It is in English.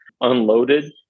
unloaded